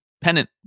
pennant